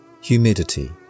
Humidity